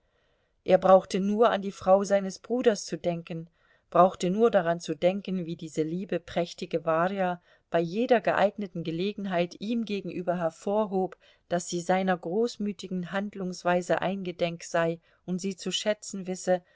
er brauchte nur an die frau seines bruders zu denken brauchte nur daran zu denken wie diese liebe prächtige warja bei jeder geeigneten gelegenheit ihm gegenüber hervorhob daß sie seiner großmütigen handlungsweise eingedenk sei und sie zu schätzen wisse